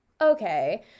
okay